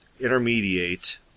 intermediate